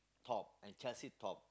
top and Chelsea top